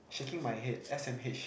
shaking my head S_M_H